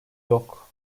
yok